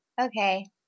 Okay